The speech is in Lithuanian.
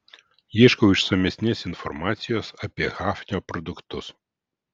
ieškau išsamesnės informacijos apie hafnio produktus